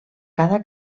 cada